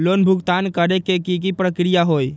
Loan भुगतान करे के की की प्रक्रिया होई?